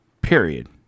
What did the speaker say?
Period